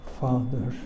Father